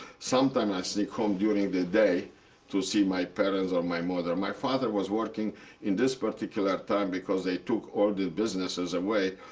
sometimes i sneak home during the day to see my parents or my mother. my father was working in this particular time, because they took all the businesses away,